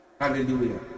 Hallelujah